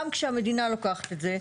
גם כשהמדינה לוקחת את זה,